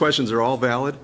questions are all valid